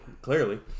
Clearly